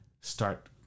start